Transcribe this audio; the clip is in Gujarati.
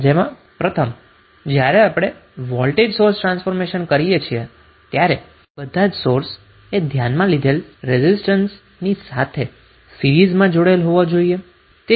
જેમાં પ્રથમ જ્યારે આપણે વોલ્ટેજ સોર્સ ટ્રાન્સફોર્મ કરીએ છીએ ત્યારે આપણે એટલા ચોક્કસ હોવા જોઈએ કે આ બધા જ સોર્સ એ ધ્યાનમાં લીધેલા રેઝિસ્ટરની સાથે સીરીઝમાં જોડાયેલા હોવા જોઈએ